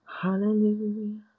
Hallelujah